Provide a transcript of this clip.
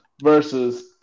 versus